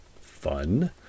Fun